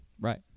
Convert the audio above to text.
Right